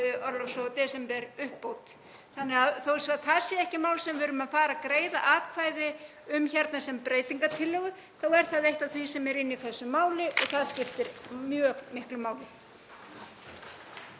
Þannig að þó svo að það sé ekki mál sem við erum að fara að greiða atkvæði um hérna sem breytingartillögu þá er það eitt af því sem er inni í þessu máli og það skiptir mjög miklu máli.